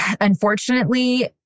unfortunately